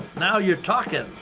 now you're talkin'.